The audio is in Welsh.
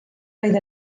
oedd